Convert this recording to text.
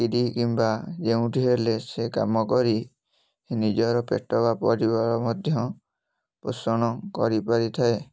ଚାକିରି କିମ୍ବା ଯେଉଁଠି ହେଲେ ସେ କାମ କରି ନିଜର ପେଟ ବା ପରିବାର ମଧ୍ୟ ପୋଷଣ କରିପାରିଥାଏ